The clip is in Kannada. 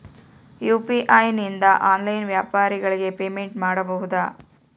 ಯು.ಪಿ.ಐ ನಿಂದ ಆನ್ಲೈನ್ ವ್ಯಾಪಾರಗಳಿಗೆ ಪೇಮೆಂಟ್ ಮಾಡಬಹುದಾ?